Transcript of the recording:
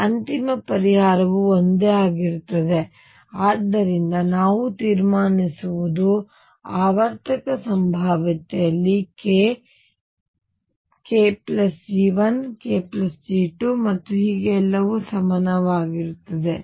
ಮತ್ತು ಆದ್ದರಿಂದ ಅಂತಿಮ ಪರಿಹಾರವು ಒಂದೇ ಆಗಿರುತ್ತದೆ ಮತ್ತು ಆದ್ದರಿಂದ ನಾವು ತೀರ್ಮಾನಿಸುವುದು ಆವರ್ತಕ ಸಂಭಾವ್ಯತೆಯಲ್ಲಿ k kG1 kG2 ಮತ್ತು ಹೀಗೆ ಎಲ್ಲವೂ ಸಮಾನವಾಗಿರುತ್ತದೆ